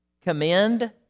commend